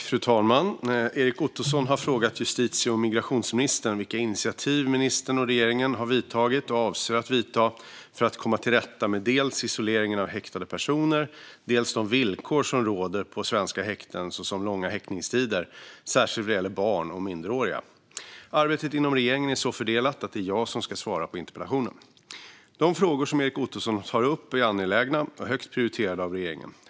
Fru talman! Erik Ottoson har frågat justitie och migrationsministern vilka initiativ ministern och regeringen har vidtagit och avser att vidta för att komma till rätta med dels isoleringen av häktade personer, dels de villkor som råder på våra svenska häkten. Det gäller till exempel långa häktningstider, särskilt vad gäller barn och minderåriga. Arbetet inom regeringen är så fördelat att det är jag som ska svara på interpellationen. De frågor som Erik Ottoson tar upp är angelägna och högt prioriterade av regeringen.